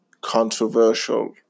controversial